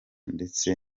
ndetse